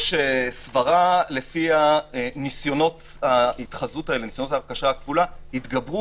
יש סברה לפיה ניסיונות ההרכשה הכפולה יתגברו